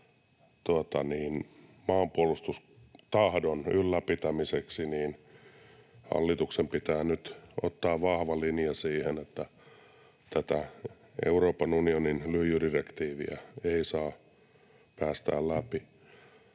maanpuolustustahdon ylläpitämiseksi hallituksen pitää nyt ottaa vahva linja siihen, että tätä Euroopan unionin lyijydirektiiviä ei saa päästää läpi.